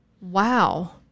wow